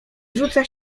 rzuca